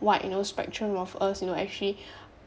wide you know spectrum of us you know actually